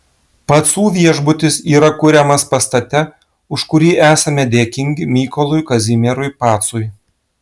pacų viešbutis yra kuriamas pastate už kurį esame dėkingi mykolui kazimierui pacui